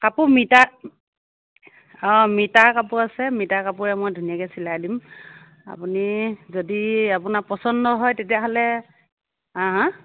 কাপোৰ মিটাৰ অ মিটাৰ কাপোৰ আছে মিটাৰ কাপোৰে মই ধুনীয়াকৈ চিলাই দিম আপুনি যদি আপোনাৰ পচন্দ হয় তেতিয়াহ'লে হা হা